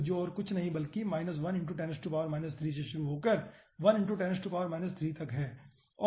तो जो और कुछ नहीं बल्कि 1×10 3 से शुरू होकर 1×10 3 तक है